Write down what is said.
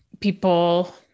people